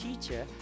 teacher